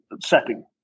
setting